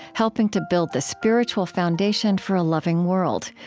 helping to build the spiritual foundation for a loving world.